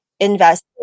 invest